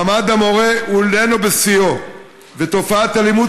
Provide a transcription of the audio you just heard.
מעמד המורה איננו בשיאו ותופעת האלימות